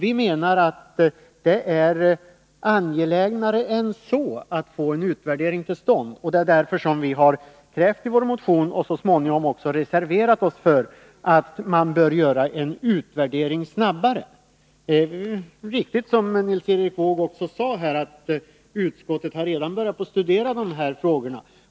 Vi menar att det är angelägnare än så att vi får till stånd en utvärdering. Det är därför som vi i vår motion har krävt, och så småningom också reserverat oss för, att det skall göras en utvärdering snabbare. Det är riktigt, som Nils Erik Wååg här sade, att utskottet redan har börjat studera dessa frågor.